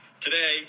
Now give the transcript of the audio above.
today